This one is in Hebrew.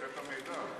המידע?